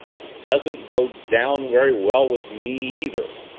it doesn't go down very well with me either,